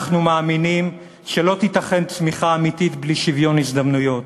אנחנו מאמינים שלא תיתכן צמיחה אמיתית בלי שוויון הזדמנויות,